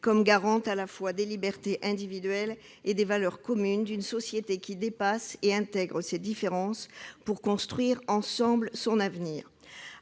comme garant à la fois des libertés individuelles et des valeurs partagées d'une société qui dépasse et intègre ces différences pour construire un avenir